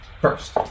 first